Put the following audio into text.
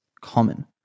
common